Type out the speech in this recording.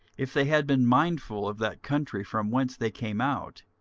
if they had been mindful of that country from whence they came out,